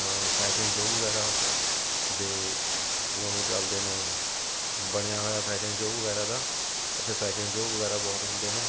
fashion show ਵਗੈਰਾ ਦੇ ਉਹ ਚੱਲਦੇ ਨੇ ਬਣਿਆ ਹੋਇਆ ਫੈਸ਼ਨ ਸ਼ੋਅ ਵਗੈਰਾ ਦਾ ਉੱਥੇ ਫੈਸ਼ਨ ਸ਼ੋਅ ਵਗੈਰਾ ਬਹੁਤ ਹੁੰਦੇ ਨੇ